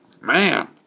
man